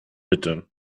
bitte